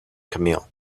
camille